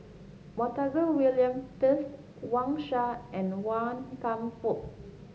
Montague William Pett Wang Sha and Wan Kam Fook